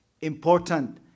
important